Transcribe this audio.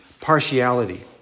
partiality